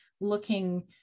looking